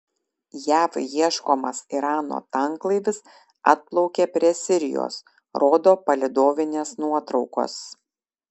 jav ieškomas irano tanklaivis atplaukė prie sirijos rodo palydovinės nuotraukos